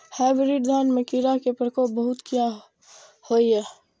Hybrid धान में कीरा के प्रकोप बहुत किया होया?